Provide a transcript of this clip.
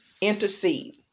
intercede